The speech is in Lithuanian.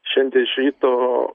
šiandie iš ryto